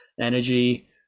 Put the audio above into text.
energy